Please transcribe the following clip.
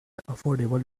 affordable